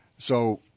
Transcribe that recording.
so,